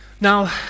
now